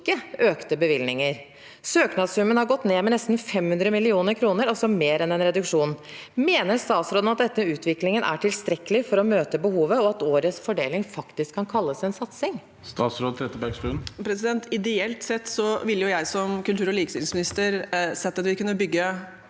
ikke økte bevilgninger. Søknadssummen har gått ned med nesten 500 mill. kr, altså mer enn en reduksjon. Mener statsråden denne utviklingen er tilstrekkelig for å møte behovet, og at årets fordeling faktisk kan kalles en satsing? Statsråd Anette Trettebergstuen Ideelt sett ville jeg som kultur- og likestillingsminister sett at vi kunne bygge